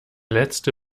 letzte